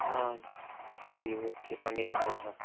ஆ சரி ஓகே பண்ணிடலாம் விடுங்க